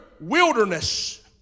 wilderness